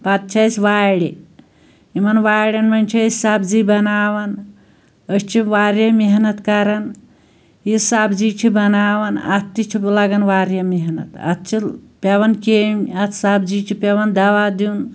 پَتہٕ چھِ اسہِ واڑِ یِمَن واڑیٚن منٛز چھِ أسۍ سَبزی بَناوان أسۍ چھِ واریاہ محنت کران یہِ سَبزی چھِ بَناوان اَتھ تہِ چھِ لَگان واریاہ محنت اَتھ چھِ پیٚوان کیٚمۍ اَتھ سَبزی چھُ پیٚوان دوا دیٛن